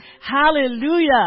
Hallelujah